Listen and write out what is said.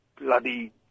bloody